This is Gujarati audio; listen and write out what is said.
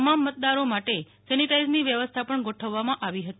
તમામ મતેદારો માટે સેનીટાઇઝની વ્યવસ્થા પણ ગોઠવવામાં આવી હતી